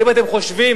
האם אתם חושבים